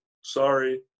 sorry